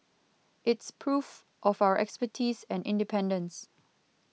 it's proof of our expertise and independence